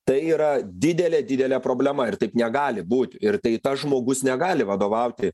tai yra didelė didelė problema ir taip negali būti ir tai tas žmogus negali vadovauti